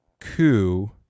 coup